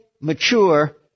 mature